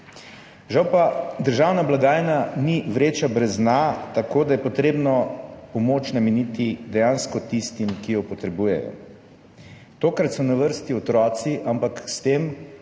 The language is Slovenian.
žal pa državna blagajna ni vreča brez dna, tako da je potrebno pomoč nameniti dejansko tistim, ki jo potrebujejo. Tokrat so na vrsti otroci, ampak s tem